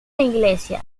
iglesia